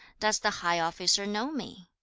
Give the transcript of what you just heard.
does the high officer know me?